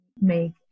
make